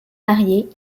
mariée